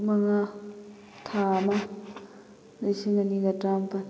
ꯃꯉꯥ ꯊꯥ ꯑꯃ ꯂꯤꯁꯤꯡ ꯑꯅꯤꯒ ꯇꯔꯥꯃꯥꯄꯟ